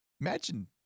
Imagine